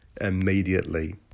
immediately